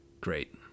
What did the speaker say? great